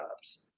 jobs